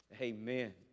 Amen